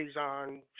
on